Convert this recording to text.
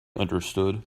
understood